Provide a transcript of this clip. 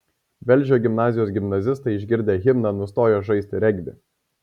velžio gimnazijos gimnazistai išgirdę himną nustojo žaisti regbį